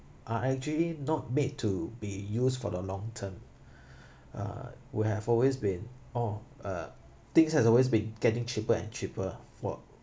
are actually not made to be used for the long term uh will have always been or uh things has always been getting cheaper and cheaper for